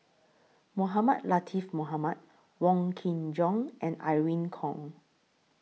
Mohamed Latiff Mohamed Wong Kin Jong and Irene Khong